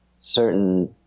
certain